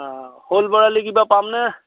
অ শ'ল বৰালি কিবা পামনে